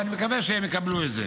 ואני מקווה שהם יקבלו את זה.